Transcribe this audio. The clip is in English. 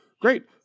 Great